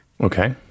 Okay